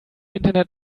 internet